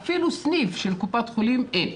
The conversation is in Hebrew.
ואפילו סניף של קופת חולים אין.